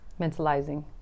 mentalizing